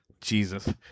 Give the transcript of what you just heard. Jesus